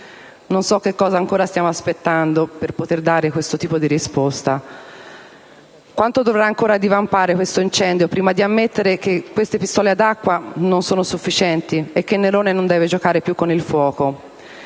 Non so che cosa ancora stiamo aspettando per poter dare questa risposta. Quanto dovrà ancora divampare questo incendio, prima di ammettere che queste pistole ad acqua non sono sufficienti e che Nerone non deve giocare più con il fuoco?